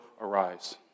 arise